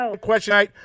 Question